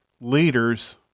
leaders